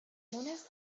مونس